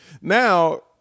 Now